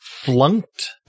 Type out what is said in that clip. Flunked